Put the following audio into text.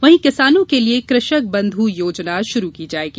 वहीं किसानों के लिए कृषक बंधु योजना शुरू की जायेगी